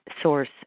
source